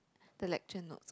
the lecture note